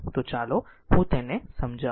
તો ચાલો હું તેને સમજાવું